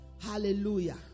hallelujah